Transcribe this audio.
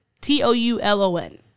T-O-U-L-O-N